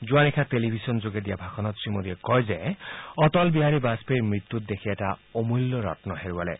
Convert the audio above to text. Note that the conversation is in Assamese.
যোৱা নিশা টেলিভিছনযোগে দিয়া ভাষণত শ্ৰীমোডীয়ে কয় যে অটল বিহাৰী বাজপেয়ীৰ মৃত্যুত দেশে এটা অমূল্যৰম্ন হেৰুৱালে